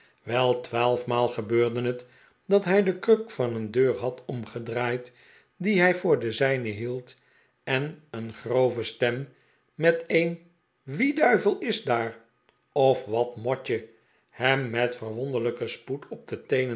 wel twaalf maal gebeurde het dat hij de kruk van een deur had omgedraaid die hij voor de zijne hield en een grove stem met een wie duivel is daar of wat moet je hem met verwonderlijken spoed op de